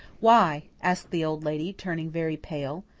why? asked the old lady, turning very pale.